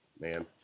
man